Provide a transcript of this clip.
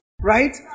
Right